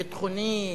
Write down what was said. הביטחוני,